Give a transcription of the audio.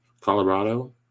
Colorado